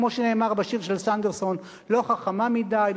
כמו שנאמר בשיר של סנדרסון: "לא חכמה מדי,